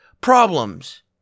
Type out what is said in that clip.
problems